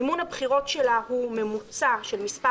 מימון הבחירות שלה הוא ממוצע של מספר